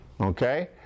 okay